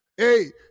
Hey